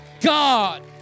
God